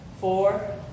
four